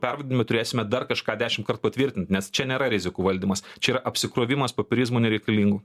pervedimų turėsime dar kažką dešimtkart patvirtint nes čia nėra rizikų valdymas čia yra apsikrovimas popierizmu nereikalingu